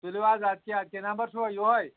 تُلِو حظ اَدٕ کیاہ اَدٕ کیاہ نمبر چھُوا یہوے